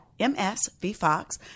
msvfox